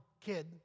kid